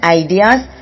ideas